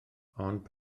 ond